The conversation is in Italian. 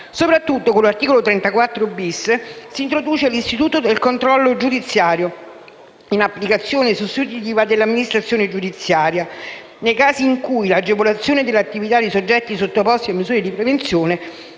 Soprattutto, con l'articolo 34-*bis* si introduce l'istituto del controllo giudiziario in applicazione sostitutiva della amministrazione giudiziaria, nei casi in cui l'agevolazione dell'attività di soggetti sottoposti a misure di prevenzione